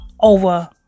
over